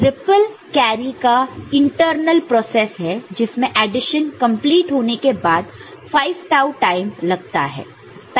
यह ripple carry का internal process है जिसमें एडिशन कंप्लीट होने के लिए 5 टाऊ टाइम लगता है